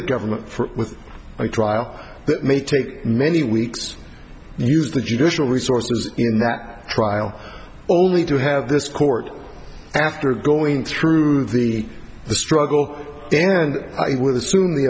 the government for a trial that may take many weeks used the judicial resources in that trial only to have this court after going through the struggle and i would assume the